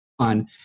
On